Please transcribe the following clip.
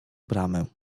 bramę